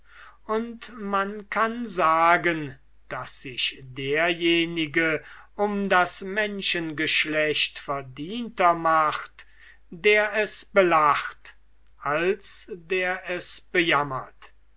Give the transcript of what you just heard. und man kann sagen daß sich derjenige um das menschengeschlecht verdienter macht der es belacht als der es bejammert